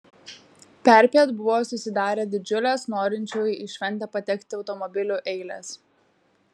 perpiet buvo susidarę didžiulės norinčiųjų į šventę patekti automobiliu eilės